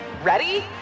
Ready